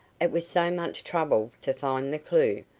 it was so much trouble to find the clue,